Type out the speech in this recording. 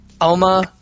Alma